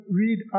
read